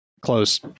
close